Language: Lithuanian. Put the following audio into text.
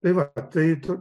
tai va tai